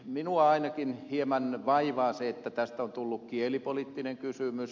minua ainakin hieman vaivaa se että tästä on tullut kielipoliittinen kysymys